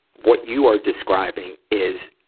what you are describing is,